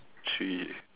three